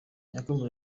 yakomeje